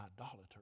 idolater